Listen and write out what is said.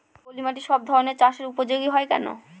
পলিমাটি সব ধরনের চাষের উপযোগী হয় কেন?